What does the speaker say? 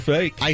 Fake